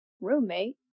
Roommate